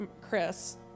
Chris